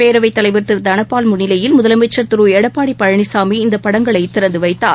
பேரவைத்தலைவர் திரு ப தனபால் முன்னிலையில் முதலமைச்சர் திருளடப்பாடிபழனிசாமி இந்தபடங்களைதிறந்துவைத்தார்